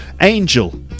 Angel